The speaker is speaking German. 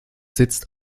sitzt